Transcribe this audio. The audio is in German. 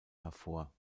hervor